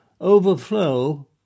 overflow